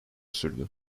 sürdü